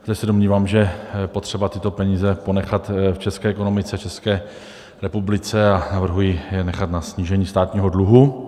protože se domnívám, že je potřeba tyto peníze ponechat v české ekonomice České republice a navrhuji je nechat na snížení státního dluhu.